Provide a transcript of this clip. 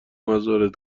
مزارت